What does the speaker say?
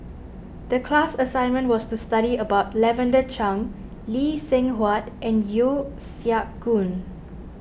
the class assignment was to study about Lavender Chang Lee Seng Huat and Yeo Siak Goon